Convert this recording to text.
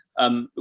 um,